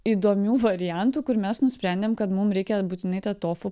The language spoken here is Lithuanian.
įdomių variantų kur mes nusprendėm kad mum reikia būtinai tą tofu